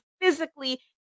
physically